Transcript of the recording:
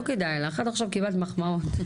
לא כדאי לך, עד עכשיו קיבלת מחמאות.